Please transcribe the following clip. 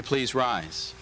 you please rise